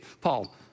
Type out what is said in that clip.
Paul